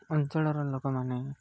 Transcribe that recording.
ଅଞ୍ଚଳର ଲୋକମାନେ